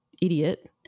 idiot